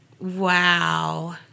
Wow